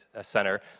center